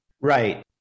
Right